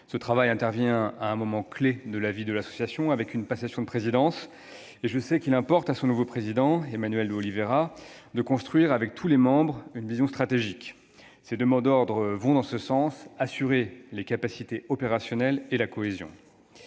Ce travail intervient à un moment clé de la vie de l'association, qui connaît une passation de présidence ; je sais qu'il importe à son nouveau président, Emmanuel de Oliveira, de construire, avec tous les membres de la SNSM, une vision stratégique. Ses deux mots d'ordre vont dans ce sens : assurer les capacités opérationnelles et la cohésion.